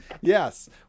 yes